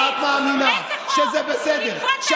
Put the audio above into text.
אם את מאמינה שזה בסדר, איזה חוק?